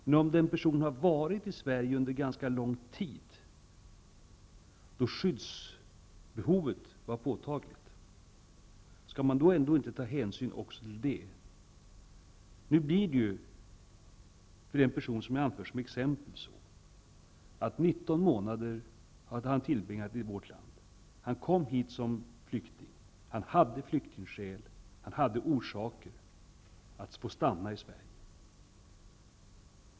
Men om den här personen har varit i Sverige under en ganska lång tid, då skyddsbehovet var påtagligt, skall man då inte ta hänsyn också till detta? För den person som jag anför som exempel är det så, att han tillbringat 19 månader i vårt land. Han kom hit som flykting. Han hade flyktingskäl. Det fanns en orsak för honom att få stanna i Sverige.